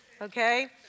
okay